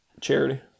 charity